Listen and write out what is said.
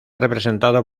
representado